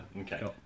okay